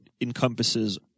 encompasses